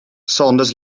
saunders